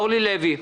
אורלי לוי,